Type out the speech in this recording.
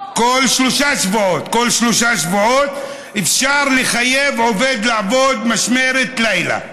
כל שלושה שבועות אפשר לחייב עובד לעבוד משמרת לילה.